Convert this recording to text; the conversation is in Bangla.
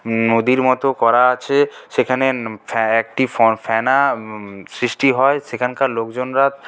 নদীর মতো করা আছে সেখানে একটি একটি ফ্যানা সৃষ্টি হয় সেখানকার লোকজনরা